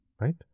right